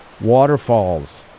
waterfalls